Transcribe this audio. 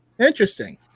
Interesting